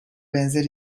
benzer